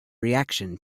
reaction